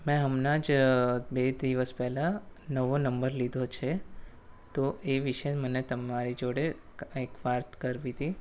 મેં હમણાં જ બે દિવસ પહેલાં નવો નંબર લીધો છે તો એ વિષે મને તમારી જોડે કાંઇક વાત કરવી તી